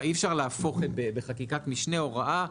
אי אפשר להפוך בחקיקת משנה הוראה.